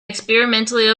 experimentally